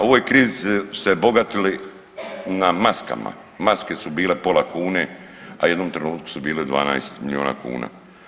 U ovoj krizi su se bogatili na maskama, maske su bile pola kune, a u jednom trenutku su bile 12 milijuna kuna.